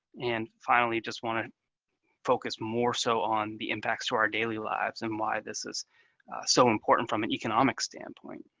and finally, just want to focus more so on the impacts to our daily lives, and why this is so important from an economic standpoint.